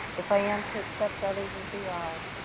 if i am to accept others as they are,